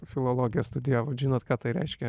filologiją studijavot žinot ką tai reiškia